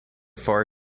far